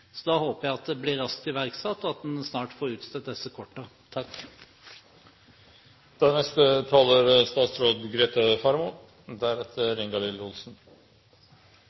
Så da håper jeg at det blir raskt iverksatt, og at en snart får utstedt disse kortene. Jeg er